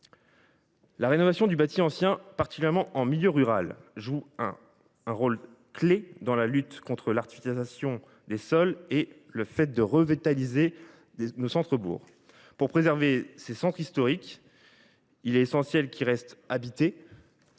La rénovation du bâti ancien, particulièrement en milieu rural, joue un rôle clé dans la lutte contre l’artificialisation des sols et pour la revitalisation de nos centres bourgs. Pour préserver ces centres historiques, il est essentiel que ceux ci restent habités.